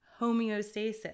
homeostasis